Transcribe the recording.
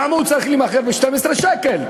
למה הוא צריך להימכר ב-12 שקל?